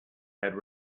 had